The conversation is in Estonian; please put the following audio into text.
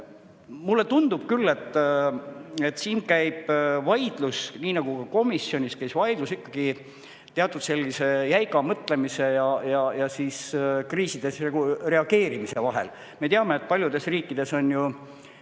mulle tundub küll, et siin käib vaidlus, nii nagu ka komisjonis käis vaidlus, ikkagi teatud jäiga mõtlemise ja kriisidele reageerimise vahel. Me teame, et paljudes riikides on ju